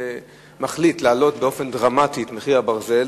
ומחליט להעלות באופן דרמטי את מחיר הברזל